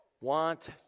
want